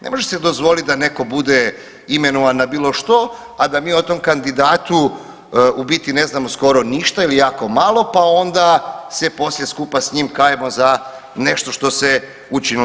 Ne može se dozvoliti da netko bude imenovan na bilo što, a da mi o tom kandidatu u biti ne znamo skoro ništa ili jako malo pa onda se poslije skupa s njim kajemo za nešto što se učinilo.